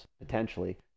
potentially